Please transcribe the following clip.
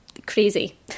crazy